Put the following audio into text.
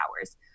hours